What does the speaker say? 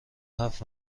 هفت